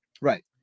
Right